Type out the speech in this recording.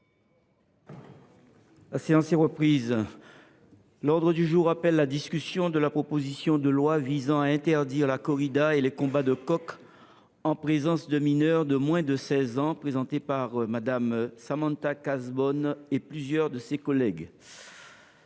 des démocrates, progressistes et indépendants, la discussion de la proposition de loi visant à interdire la corrida et les combats de coqs en présence de mineurs de moins de seize ans, présentée par Mme Samantha Cazebonne et plusieurs de ses collègues